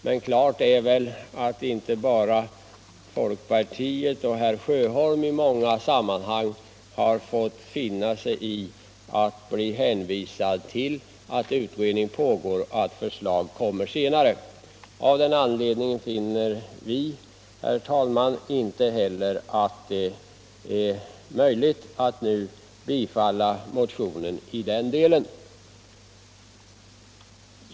Men det står klart att inte bara folkpartiet och herr Sjöholm i många sammanhang har fått finna sig i att bli hänvisade till att utredning pågår och att förslag kommer senare. Av den anledningen finner vi, herr talman, inte heller att det är möjligt att nu tillstyrka bifall till motionen i den delen.